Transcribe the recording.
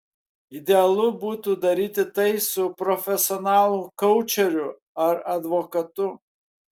idealu būtų daryti tai su profesionalu koučeriu ar advokatu